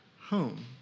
home